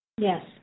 Yes